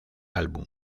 álbum